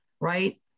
right